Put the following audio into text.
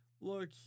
look